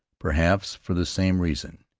perhaps for the same reason.